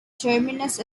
terminus